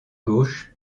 gauche